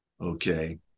Okay